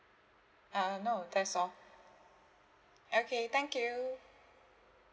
uh no that's all okay thank you